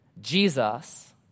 Jesus